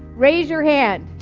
raise your hand.